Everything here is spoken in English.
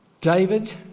David